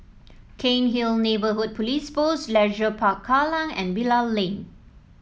Cairnhill Neighbourhood Police Post Leisure Park Kallang and Bilal Lane